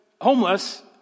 homeless